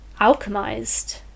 alchemized